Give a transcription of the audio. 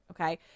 Okay